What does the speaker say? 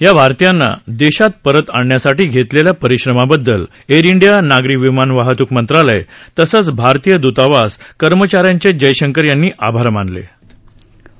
या भारतीयांना देशातपरतआणण्यासाठी घेतलेल्या परिश्रमाबद्दल एअर डिया नागरी विमान वाहतूक मंत्रालय तसंच भारतीय दूतावास कर्मचाऱ्यांचेजयशंकर यांनी आभार मानले आहेत